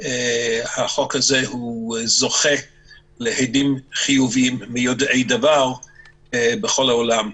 החוק הזה זוכה להדים חיוביים מיודעי דבר בכל העולם.